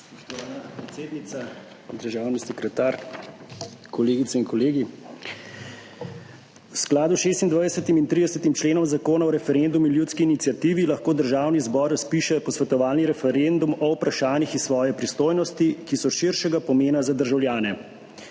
Spoštovana predsednica, državni sekretar, kolegice in kolegi! V skladu s 26. in 30. členom Zakona o referendumu in ljudski iniciativi lahko Državni zbor razpiše posvetovalni referendum o vprašanjih iz svoje pristojnosti, ki so širšega pomena za državljane.